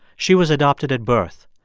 she was adopted at birth.